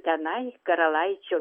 tenai karalaičio